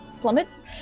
plummets